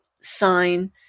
sign